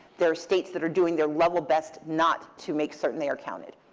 there are states that are doing their level best not to make certain they are counted.